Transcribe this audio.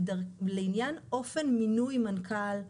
לעניין אופן מינוי מנכ"ל,